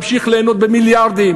להמשיך ליהנות במיליארדים,